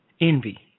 Envy